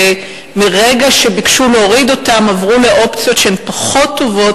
ומרגע שביקשו להוריד אותם עברו לאופציות שהן פחות טובות,